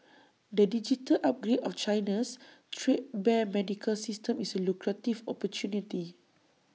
the digital upgrade of China's threadbare medical system is A lucrative opportunity